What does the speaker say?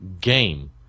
game